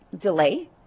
delay